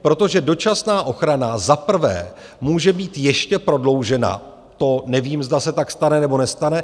Protože dočasná ochrana za prvé může být ještě prodloužena, to nevím, zda se tak stane, nebo nestane.